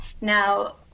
now